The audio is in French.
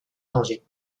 dangers